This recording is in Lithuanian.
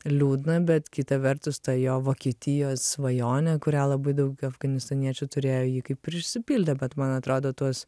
liūdna bet kita vertus ta jo vokietijos svajonė kurią labai daug afganistaniečių turėjo jį kaip ir išsipildė bet man atrodo tuos